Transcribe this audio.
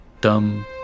dum